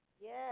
Yes